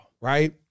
Right